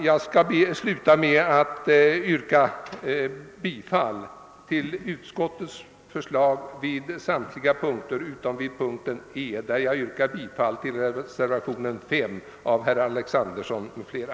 Jag yrkar bifall till första lagutskottets hemställan vid samtliga punkter utom vid punkt E, där jag yrkar bifall till reservationen 5 av herr Alexanderson m.fl.